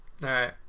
right